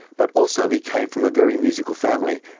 but also he came from a very musical family,